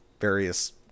various